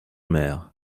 mer